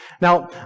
Now